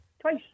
Twice